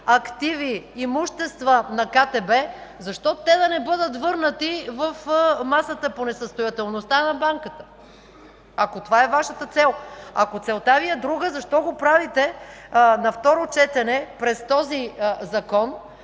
активи, имущества на КТБ, защо те да не бъдат върнати в масата на несъстоятелността на Банката – ако това е Вашата цел? Ако целта Ви е друга, защо го правите на второ четене през този Закон,